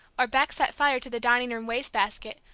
or beck set fire to the dining-room waste-basket,